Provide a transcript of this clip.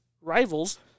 rivals